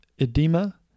edema